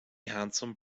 handsome